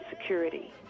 security